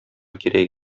кирәк